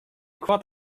koart